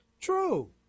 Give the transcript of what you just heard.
True